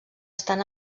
estan